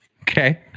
okay